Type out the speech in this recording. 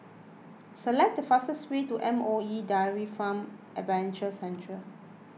select the fastest way to M O E Dairy Farm Adventure Centre